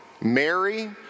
Mary